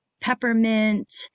peppermint